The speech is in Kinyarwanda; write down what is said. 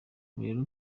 rero